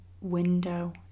window